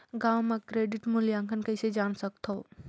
गांव म क्रेडिट मूल्यांकन कइसे जान सकथव?